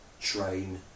train